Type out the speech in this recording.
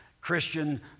Christian